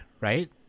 right